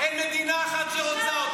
אינה נוכחת.